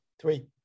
three